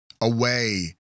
away